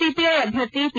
CPI ಅಭ್ಯರ್ಥಿ P